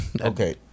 Okay